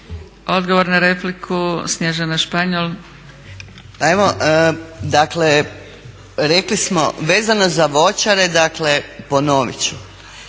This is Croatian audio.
Odgovor na repliku, Snježana Španjol. **Španjol, Snježana** Evo dakle rekli smo vezano za voćare dakle ponovit ću.